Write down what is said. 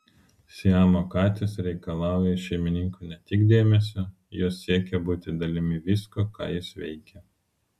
siamo katės reikalauja iš šeimininko ne tik dėmesio jos siekia būti dalimi visko ką jis veikia